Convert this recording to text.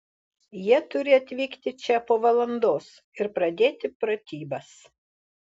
jie turi atvykti čia po valandos ir pradėti pratybas